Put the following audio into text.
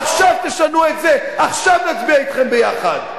עכשיו תשנו את זה, עכשיו נצביע אתכם ביחד.